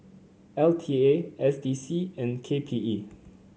L T A S D C and K P E